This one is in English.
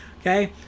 okay